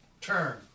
Turn